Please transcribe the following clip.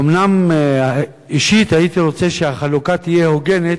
אומנם אישית הייתי רוצה שהחלוקה תהיה הוגנת,